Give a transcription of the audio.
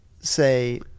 say